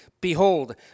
Behold